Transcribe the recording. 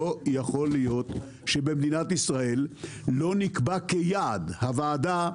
לא יכול להיות שבמדינת ישראל לא נקבע כיעד הוועדה,